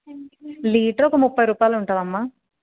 litre ఒక ముప్పై రూపాయలు ఉంటుందమ్మ